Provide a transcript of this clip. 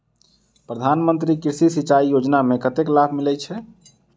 प्रधान मंत्री कृषि सिंचाई योजना मे कतेक लाभ मिलय छै?